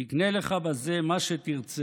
תקנה לך בזה מה שתרצה.